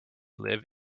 live